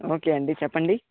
okay అండి చెప్పండి